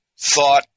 thought